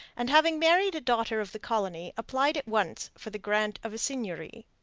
and having married a daughter of the colony, applied at once for the grant of a seigneury.